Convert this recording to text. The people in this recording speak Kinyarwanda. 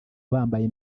bambaye